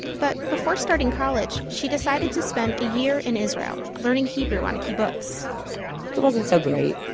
but before starting college, she decided to spend a year in israel, learning hebrew on a kibbutz it wasn't so great.